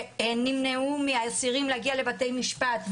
שמנעו מאסירים להגיע לבתי משפט,